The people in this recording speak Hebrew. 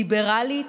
ליברלית,